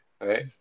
right